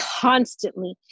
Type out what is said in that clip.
constantly